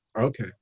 Okay